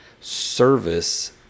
service